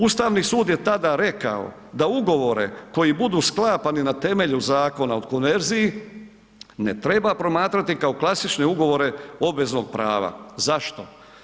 Ustavni sud je tada rekao da ugovore koji budu sklapani na temelju Zakona o konverziji ne treba promatrati kao klasične ugovore obveznog prava. zašto?